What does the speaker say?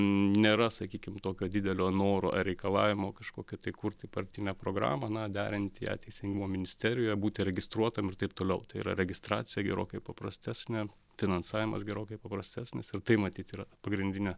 nėra sakykim tokio didelio noro ar reikalavimo kažkokio kurti partinę programą na derinti ją teisingumo ministerijoje būti registruotam ir taip toliau tai yra registracija gerokai paprastesnė finansavimas gerokai paprastesnis ir tai matyt yra pagrindinė